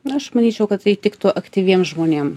na aš manyčiau kad tai tiktų aktyviem žmonėm